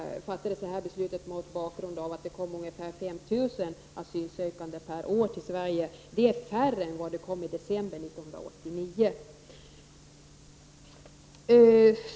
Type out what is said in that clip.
Beslutet fattades mot bakgrund av att det kom ungefär 5 000 asylsökande per år till Sverige. Det är färre än enbart i december 1989.